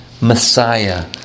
Messiah